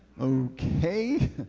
Okay